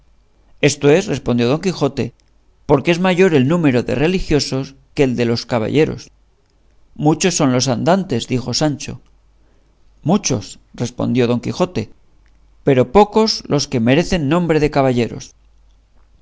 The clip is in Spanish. eso es respondió don quijote porque es mayor el número de los religiosos que el de los caballeros muchos son los andantes dijo sancho muchos respondió don quijote pero pocos los que merecen nombre de caballeros